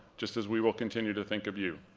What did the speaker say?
just as we will continue to think of you.